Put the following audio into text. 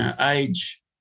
age